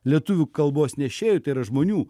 lietuvių kalbos nešėjų tai yra žmonių